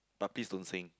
but please don't sing